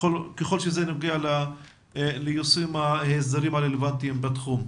ככל שזה נוגע ליישום ההסדרים הרלוונטיים בתחום.